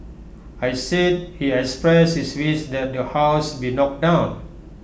I said he expressed his wish that the house be knocked down